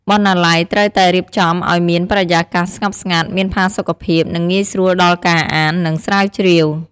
បណ្ណាល័យត្រូវតែរៀបចំឱ្យមានបរិយាកាសស្ងប់ស្ងាត់ មានផាសុកភាព និងងាយស្រួលដល់ការអាន និងស្រាវជ្រាវ។